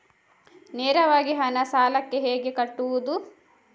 ನೇರವಾಗಿ ಹಣ ಸಾಲಕ್ಕೆ ಹೇಗೆ ಕಟ್ಟುವುದು?